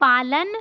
पालन